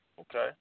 Okay